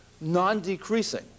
non-decreasing